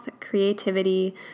creativity